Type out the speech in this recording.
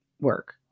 work